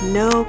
no